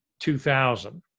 2000